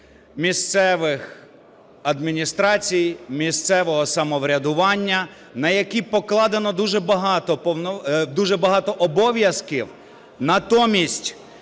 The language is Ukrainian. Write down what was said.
місцевих адміністрацій, місцевого самоврядування, на які покладено дуже багато обов'язків. Натомість,